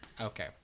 okay